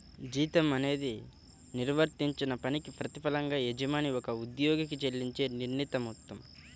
జీతం అనేది నిర్వర్తించిన పనికి ప్రతిఫలంగా యజమాని ఒక ఉద్యోగికి చెల్లించే నిర్ణీత మొత్తం